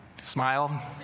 Smile